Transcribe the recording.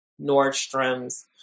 Nordstrom's